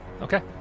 Okay